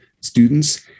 students